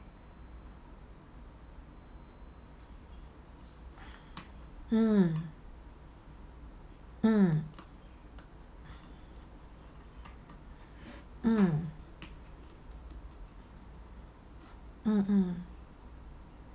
mm mm mm mm mm